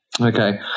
Okay